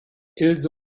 ilse